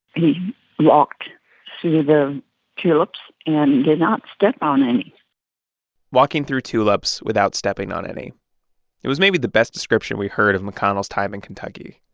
he walked through the tulips and did not step on any walking through tulips without stepping on any it was maybe the best description we heard of mcconnell's time in kentucky.